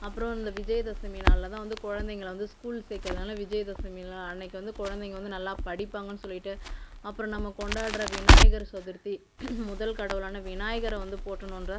அப்புறோம் இந்த விஜய தசமி நாளில் தா வந்து குழந்தைங்கள வந்து ஸ்கூல் சேக்கரனால விஜய தசமி அன்னக்கு வந்து குழந்தைங்க வந்து நல்லா படிப்பாங்கன்னு சொல்லிவிட்டு அப்புறம் நம்ம கொண்டாடுற விநாயகர் சதுர்த்தி முதல் கடவுளான விநாயகரை வந்து போற்றனுன்ற